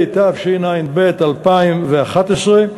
התשע"ב 2011,